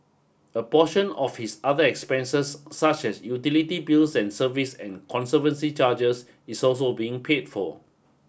a portion of his other expenses such as utility bills and service and conservancy charges is also being paid for